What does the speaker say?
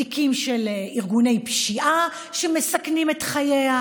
בתיקים של ארגוני פשיעה שמסכנים את חייה?